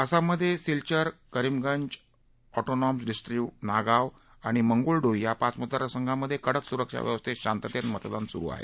आसाममधे Silchar Karimganj autonomous district Nagaon आणि मंगोलडोई या पाच मतदारसंघांमधे कडक सुरक्षा व्यवस्थेत शांततेत मतदान सुरु आहे